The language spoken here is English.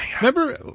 remember